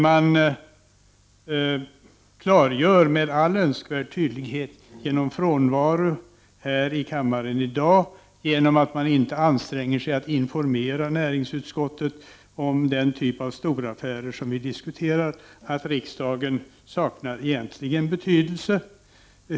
Man klargör med all önskvärd tydlighet genom frånvaro här i riksdagen i dag och genom att inte anstränga sig för att informera näringsutskottet om den här typen av storaffärer som vi nu diskuterar, att riksdagen egentligen saknar betydelse.